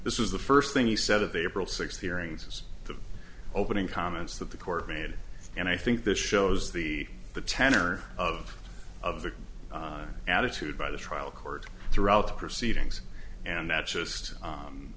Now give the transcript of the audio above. this is the first thing he said of april sixth hearings the opening comments that the court made and i think this shows the tenor of of the attitude by the trial court throughout the proceedings and that's just